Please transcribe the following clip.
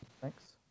thanks